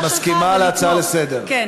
ואת מסכימה להצעה לסדר-היום.